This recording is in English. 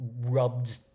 rubbed